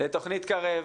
לתוכנית קרב,